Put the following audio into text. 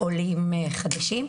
עולים חדשים.